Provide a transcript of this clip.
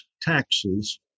taxes